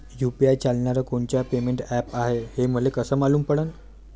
UPI चालणारं कोनचं payment app हाय, हे मले कस मालूम पडन?